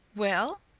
well?